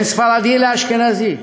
בין ספרדי לאשכנזי,